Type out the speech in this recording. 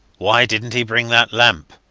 why didnt he bring that lamp?